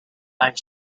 are